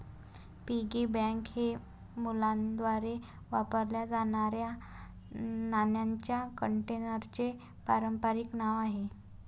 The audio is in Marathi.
पिग्गी बँक हे मुलांद्वारे वापरल्या जाणाऱ्या नाण्यांच्या कंटेनरचे पारंपारिक नाव आहे